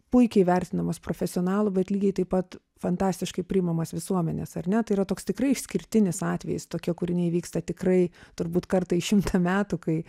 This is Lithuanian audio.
puikiai vertinamas profesionalų bet lygiai taip pat fantastiškai priimamas visuomenės ar ne tai yra toks tikrai išskirtinis atvejis tokie kūriniai vyksta tikrai turbūt kartą į šimtą metų kai